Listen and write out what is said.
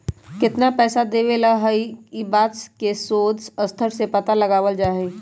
कितना पैसा देवे ला हई ई बात के शोद के स्तर से पता लगावल जा हई